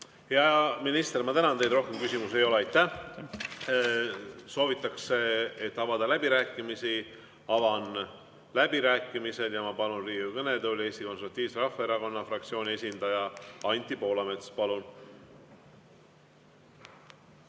Hea minister, ma tänan teid! Rohkem küsimusi ei ole. Aitäh! Soovitakse avada läbirääkimisi. Avan läbirääkimised ja palun Riigikogu kõnetooli Eesti Konservatiivse Rahvaerakonna fraktsiooni esindaja Anti Poolametsa. Palun!